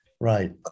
right